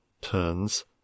turns